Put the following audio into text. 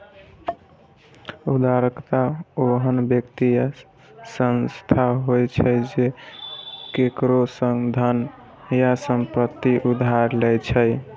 उधारकर्ता ओहन व्यक्ति या संस्था होइ छै, जे केकरो सं धन या संपत्ति उधार लै छै